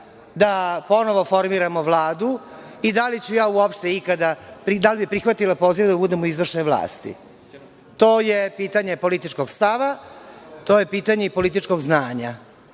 da ponovo formiramo Vladu i da li bih ja uopšte ikada prihvatila poziv da budem u izvršnoj vlasti. To je pitanje političkog stava. To je pitanje i političkog znanja.